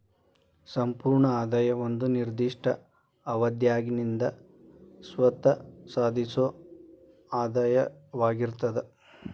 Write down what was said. ಸಂಪೂರ್ಣ ಆದಾಯ ಒಂದ ನಿರ್ದಿಷ್ಟ ಅವಧ್ಯಾಗಿಂದ್ ಸ್ವತ್ತ ಸಾಧಿಸೊ ಆದಾಯವಾಗಿರ್ತದ